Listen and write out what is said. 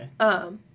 Okay